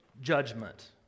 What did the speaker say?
judgment